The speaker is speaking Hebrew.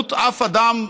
ימות אף אדם,